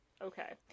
okay